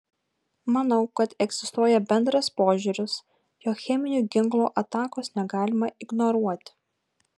manau kad egzistuoja bendras požiūris jog cheminių ginklų atakos negalima ignoruoti